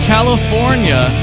California